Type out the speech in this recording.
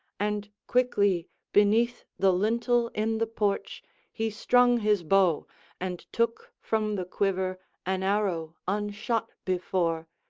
and quickly beneath the lintel in the porch he strung his bow and took from the quiver an arrow unshot before,